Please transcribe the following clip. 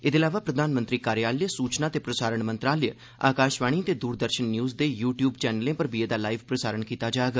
एह्दे अलावा प्रधानमंत्री कार्यालय सूचना ते प्रसारण मंत्रालय आकाशवाणी ते दूरदर्शन न्यूज़ दे यू ट्यूब चैनलें पर बी एहदा लाईव प्रसारण कीता जाग